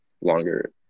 longer